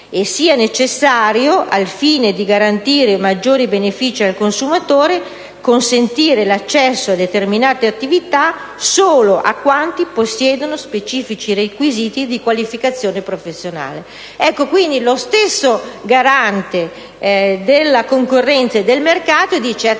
e sia necessario, al fine di garantire maggiori benefici al consumatore, consentire l'accesso a determinate attività solo a quanti possiedono specifici requisiti di qualificazione professionale. Ecco quindi che lo stesso Garante della concorrenza e del mercato ci mette